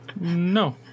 No